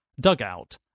Dugout